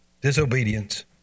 disobedience